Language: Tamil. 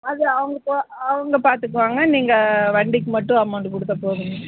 அது அவங்க பா அவங்க பார்த்துக்குவாங்க நீங்கள் வண்டிக்கு மட்டும் அமௌண்ட்டு கொடுத்தா போதும்ங்க